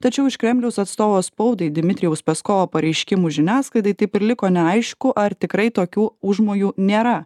tačiau iš kremliaus atstovo spaudai dmitrijaus peskovo pareiškimų žiniasklaidai taip ir liko neaišku ar tikrai tokių užmojų nėra